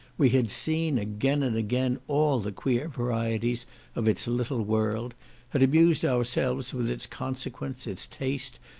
we had seen again and again all the queer varieties of it's little world had amused ourselves with it's consequence, it's taste,